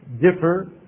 differ